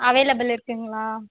available இருக்குதுங்களா